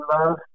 love